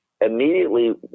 immediately